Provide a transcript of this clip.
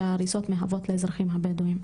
שההריסות מהוות לאזרחים הבדווים.